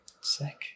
Sick